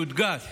יודגש